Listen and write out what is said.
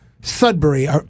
Sudbury